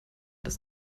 das